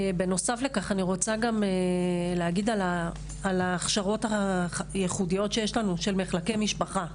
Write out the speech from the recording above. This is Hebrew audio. בנוסף לכך אני רוצה להגיד על ההכשרות הייחודיות שיש לנו של מחלקי משפחה.